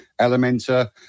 Elementor